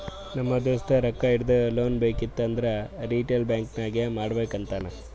ನಮ್ ದೋಸ್ತ ರೊಕ್ಕಾ ಇಡದು, ಲೋನ್ ಬೇಕಿತ್ತು ಅಂದುರ್ ರಿಟೇಲ್ ಬ್ಯಾಂಕ್ ನಾಗೆ ಮಾಡ್ಬೇಕ್ ಅಂತಾನ್